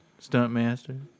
Stuntmaster